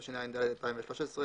התשע"ד-2013,